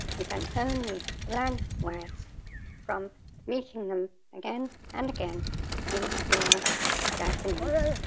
we can only learn words from meeting them again and again in real japanese.